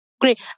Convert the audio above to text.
Great